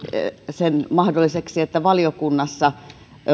sen mahdolliseksi että valiokunnassa